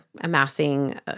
amassing